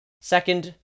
second